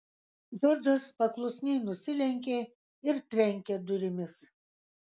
džordžas paklusniai nusilenkė ir trenkė durimis